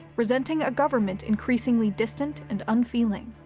resenting a government increasingly distant and unfeeling.